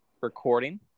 recording